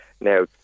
Now